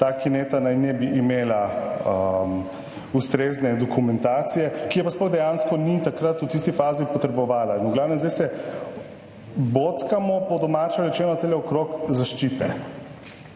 ta kineta naj ne bi imela ustrezne dokumentacije, ki je pa sploh dejansko ni takrat, v tisti fazi potrebovala in v glavnem, zdaj se bockamo, po domače rečeno, tukajle okrog zaščite,